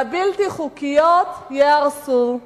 והבלתי חוקיות ייהרסו.